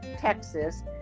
Texas